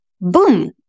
boom